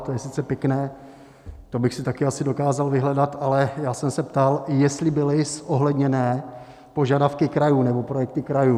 To je sice pěkné, to bych si také asi dokázal vyhledat, ale já jsem se ptal, jestli byly zohledněné požadavky krajů nebo projekty krajů.